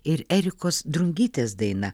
ir erikos drungytės daina